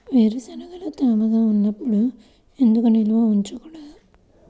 వేరుశనగలు తేమగా ఉన్నప్పుడు ఎందుకు నిల్వ ఉంచకూడదు?